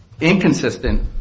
inconsistent